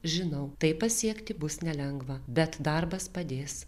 žinau tai pasiekti bus nelengva bet darbas padės